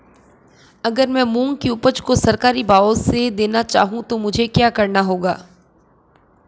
अगर मैं मूंग की उपज को सरकारी भाव से देना चाहूँ तो मुझे क्या करना होगा?